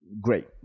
great